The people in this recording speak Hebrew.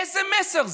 איזה מסר זה?